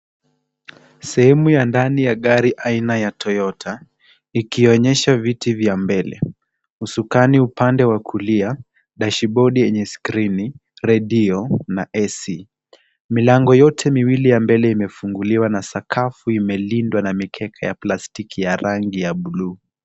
Sehemu ya ndani ya gari aina ya Toyota ikionyesha viti vya mbele, usukani upande wa kulia, dashibodi yenye skrini, redio na AC. Milango yote miwili ya mbele imefunguliwa na sakafu imelindwa na mikeka ya plastiki ya rangi ya buluu.